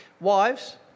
Wives